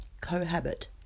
cohabit